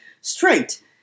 straight